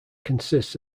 consists